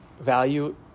value